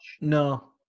No